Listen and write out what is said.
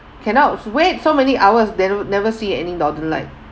cannot wait so many hours then never see any northern light